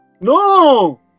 No